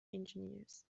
engineers